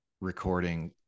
recording